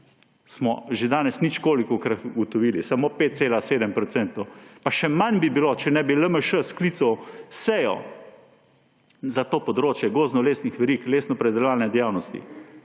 Smo že danes ničkolikokrat ugotovili, samo 5,7 %. Pa še manj bi bilo, če ne bi LMŠ sklical seje za to področje gozdno-lesnih verig, lesnopredelovalne dejavnosti,